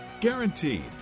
Guaranteed